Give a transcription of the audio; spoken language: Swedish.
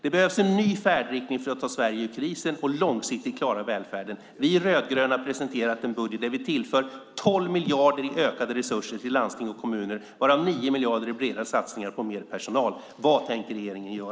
Det behövs en ny färdriktning för att ta Sverige ur krisen och långsiktigt klara välfärden. Vi rödgröna har presenterat en budget där vi tillför 12 miljarder i ökade resurser till landsting och kommuner, varav 9 miljarder är bredare satsningar på mer personal. Vad tänker regeringen göra?